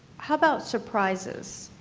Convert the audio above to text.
how about surprises?